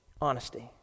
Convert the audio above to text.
Honesty